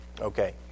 Okay